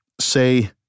say